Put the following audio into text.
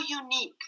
unique